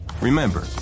Remember